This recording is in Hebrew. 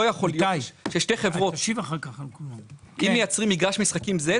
אם מייצרים מגרש משחקים זהה,